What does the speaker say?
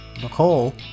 Nicole